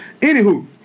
Anywho